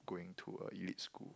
going to a elite school